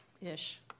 ish